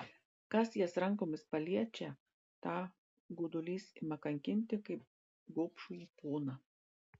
kas jas rankomis paliečia tą godulys ima kankinti kaip gobšųjį poną